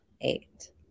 eight